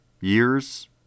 years